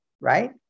right